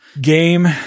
game